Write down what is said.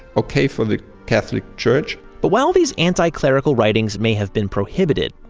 okay for the catholic church but while these anti-clerical writings may have been prohibited,